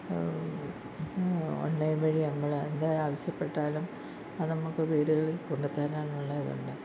online വഴി നമ്മൾ എന്ത് ആവശ്യപ്പെട്ടാലും അത് നമുക്ക് വീടുകളിൽ കൊണ്ട് തരാനുള്ള ഇതുണ്ട്